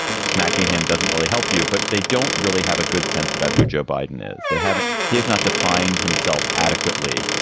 smacking him doesn't really help you, but they don't really have a good sense about who joe biden is. they haven't. he has not defined himself adequately.